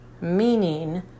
Meaning